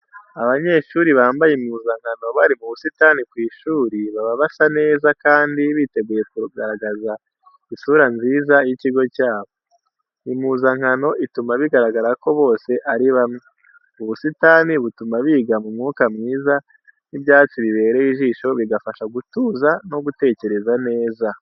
Abanyeshuri bambaye impuzankano bari mu busitani ku ishuri baba basa neza kandi biteguye kugaragaza isura nziza y'ikigo cyabo. Impuzankano ituma bigaragara ko bose ari bamwe. Ubusitani butuma biga mu mwuka mwiza, n'ibyatsi bibereye ijisho, bigafasha gutuza no gutekereza neza.